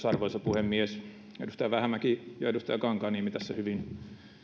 arvoisa puhemies edustaja vähämäki ja edustaja kankaanniemi tässä hyvin